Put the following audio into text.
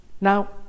Now